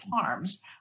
Farms